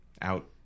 out